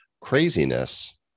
Craziness